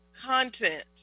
content